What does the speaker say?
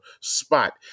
spot